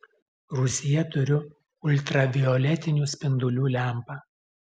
rūsyje turiu ultravioletinių spindulių lempą